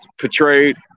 portrayed